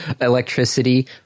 Electricity